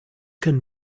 can